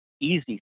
easy